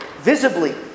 visibly